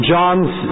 John's